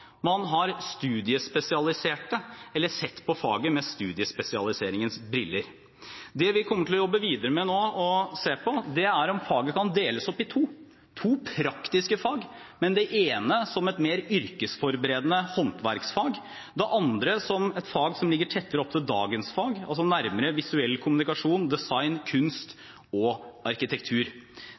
Man har studiespesialisert det eller sett på faget med studiespesialiseringens briller. Det vi kommer til å jobbe videre med nå og se på, er om faget kan deles opp i to praktiske fag – det ene som et mer yrkesforberedende håndverksfag, det andre som et fag som ligger tettere opp til dagens fag, altså nærmere visuell kommunikasjon, design, kunst og arkitektur.